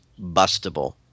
bustable